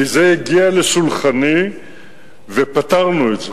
כי זה הגיע לשולחני ופתרנו את זה.